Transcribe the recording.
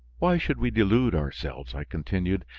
why should we delude ourselves? i continued.